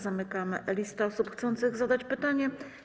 Zamykam listę osób chcących zadać pytanie.